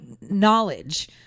knowledge